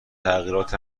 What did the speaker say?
تغییرات